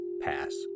pass